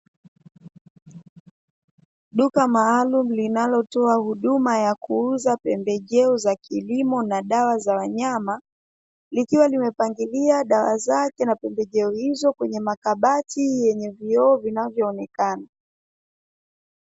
Duka maalumu linalotoa huduma ya kuuza pembejeo za kilimo na dawa za wanyama, likiwa limepangilia dawa zake na pembejeo hizo kwenye makabati yenye vioo vinavyoonekana.